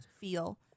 feel